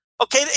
okay